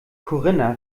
corinna